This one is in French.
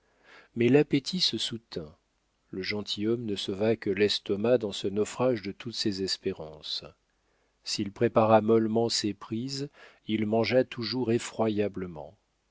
mais l'appétit se soutint le gentilhomme ne sauva que l'estomac dans ce naufrage de toutes ses espérances s'il prépara mollement ses prises il mangea toujours